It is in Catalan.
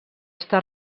està